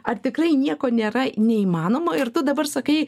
ar tikrai nieko nėra neįmanoma ir tu dabar sakai